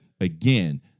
again